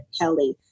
Kelly